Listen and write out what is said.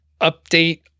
update